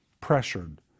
pressured